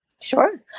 Sure